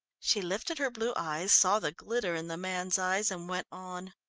she lifted her blue eyes, saw the glitter in the man's eyes and went on.